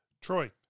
Troy